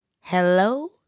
Hello